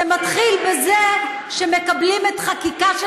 זה מתחיל בזה שמקבלים את החקיקה של